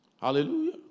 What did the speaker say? Hallelujah